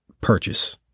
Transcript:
purchase